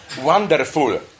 wonderful